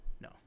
no